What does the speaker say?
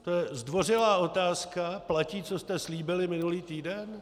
To je zdvořilá otázka: Platí, co jste slíbili minulý týden?